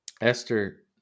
Esther